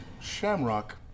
Shamrock